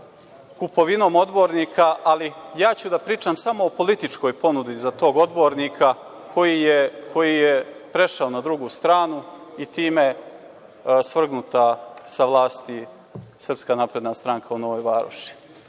kupovinom odbornika, ali ja ću da pričam samo o političkoj ponudi za tog odbornika, koji je prešao na drugu stranu i time je svrgnuta sa vlasti SNS u Novoj Varoši.